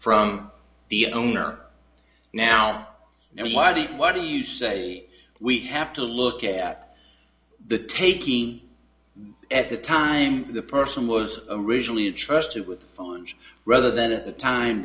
from the owner now and why the why do you say we have to look at the taking at the time the person was originally trusted with the funds rather than at the time